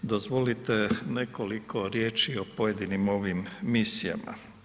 Dozvolite nekoliko riječi o pojedinim ovim misijama.